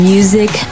Music